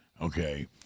okay